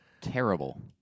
terrible